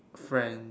friends